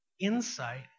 insight